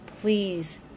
please